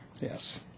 Yes